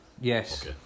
Yes